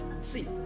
see